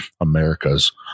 America's